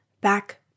back